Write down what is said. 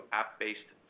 app-based